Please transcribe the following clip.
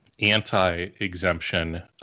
anti-exemption